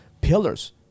pillars